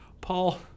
Paul